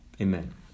Amen